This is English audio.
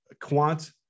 quant